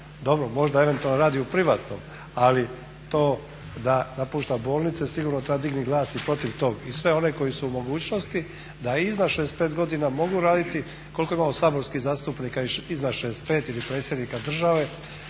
Dobro, možda eventualno radi u privatnom, ali to da napušta bolnice sigurno treba dignuti glas i protiv tog. I sve one koji su u mogućnosti da iznad 65 godina mogu raditi, koliko imamo saborskih zastupnika iznad 65 ili predsjednika države.